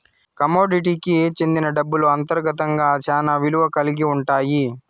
కమోడిటీకి సెందిన డబ్బులు అంతర్గతంగా శ్యానా విలువ కల్గి ఉంటాయి